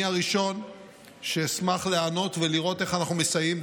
אני הראשון שישמח להיענות ולראות איך אנחנו מסייעים.